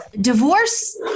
divorce